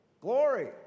Glory